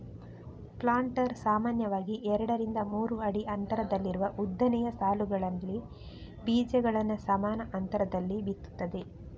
planter ಸಾಮಾನ್ಯವಾಗಿ ಎರಡರಿಂದ ಮೂರು ಅಡಿ ಅಂತರದಲ್ಲಿರುವ ಉದ್ದನೆಯ ಸಾಲುಗಳಲ್ಲಿ ಬೀಜಗಳನ್ನ ಸಮಾನ ಅಂತರದಲ್ಲಿ ಬಿತ್ತುತ್ತದೆ